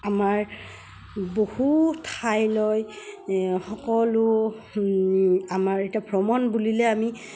আমাৰ বহু ঠাইলৈ সকলো আমাৰ এতিয়া ভ্ৰমণ বুলিলে আমি